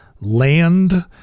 land